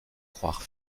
croire